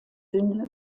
dünne